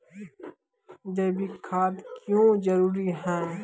जैविक खाद क्यो जरूरी हैं?